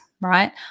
right